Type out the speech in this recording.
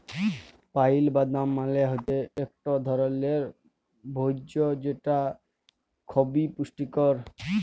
pile বাদাম মালে হৈচ্যে ইকট ধরলের ভোজ্য যেটা খবি পুষ্টিকর